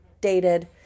dated